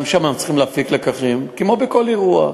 גם שם אנחנו צריכים להפיק לקחים, כמו בכל אירוע.